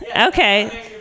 Okay